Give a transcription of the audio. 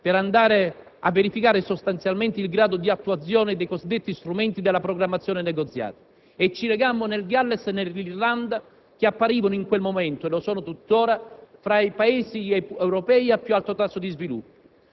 per andare a verificare il grado di attuazione dei cosiddetti strumenti della programmazione negoziata e ci recammo nel Galles e nell'Irlanda, che apparivano in quel momento - e lo sono tuttora - tra i Paesi europei a più alto tasso di sviluppo.